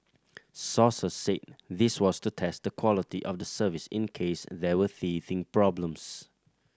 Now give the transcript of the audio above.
sources said this was to test the quality of the service in case there were teething problems